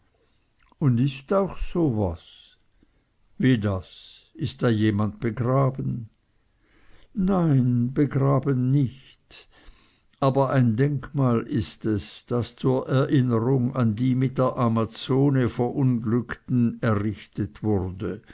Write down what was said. und ist auch so was wie das ist da jemand begraben nein begraben nicht aber ein denkmal ist es das zur erinnerung an die mit der amazone verunglückten errichtet wurde